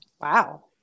Wow